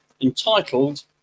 entitled